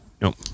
Nope